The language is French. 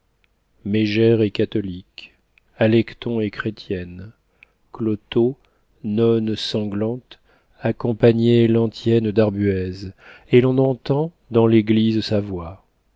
mégère est catholique alecton est chrétienne clotho nonne sanglante accompagnait l'antienne d'arbuez et l'on entend dans l'église sa voix